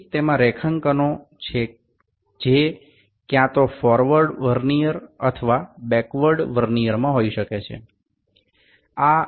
সুতরাং এটিতে সামনের দিকের ভার্নিয়ার অথবা পিছনের দিকে ভার্নিয়ার হিসাবে দাগ কাটা থাকতে পারে